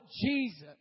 Jesus